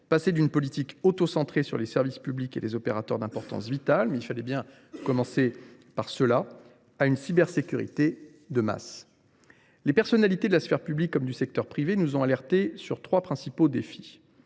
passer d’une politique autocentrée sur les services publics et les opérateurs d’importance vitale – il fallait bien commencer par ceux là – à une cybersécurité de masse. Les personnalités de la sphère publique comme du secteur privé nous ont alertés sur trois principaux défis.